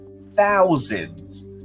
thousands